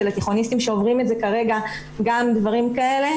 לתיכוניסטים שגם הם עוברים כרגע דברים כאלה,